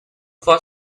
for